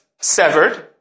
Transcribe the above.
severed